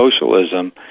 socialism